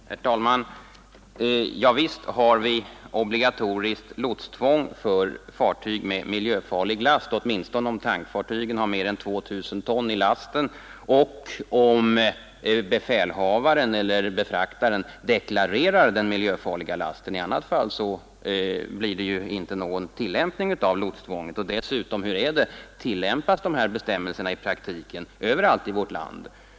Herr talman! Ja, visst har vi obligatoriskt lotstvång för fartyg med miljöfarlig last, åtminstone om tankfartyget har mer än 2 000 ton i lasten och om befälhavaren eller befraktaren deklarerar den miljöfarliga lasten. I annat fall blir det ju inte någon tillämpning av lotstvånget. Men tillämpas dessa bestämmelser i praktiken över allt i vårt land?